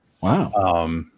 Wow